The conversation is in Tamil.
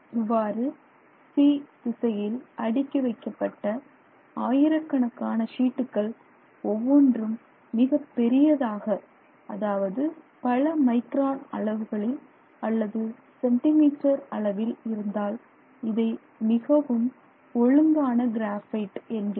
இவ்வாறு "c" திசையில் அடுக்கி வைக்கப்பட்ட ஆயிரக்கணக்கான ஷீட்டுகள் ஒவ்வொன்றும் மிக பெரியதாக அதாவது பல மைக்ரான் அளவுகளில் அல்லது சென்டிமீட்டர் அளவில் இருந்தால் இதை மிகவும் ஒழுங்கான கிராபைட் என்கிறோம்